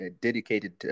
dedicated